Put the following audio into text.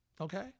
okay